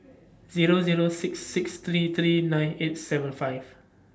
Zero Zero six six three three nine eight seven five